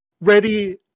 ready